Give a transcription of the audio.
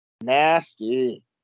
Nasty